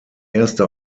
erste